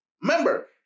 remember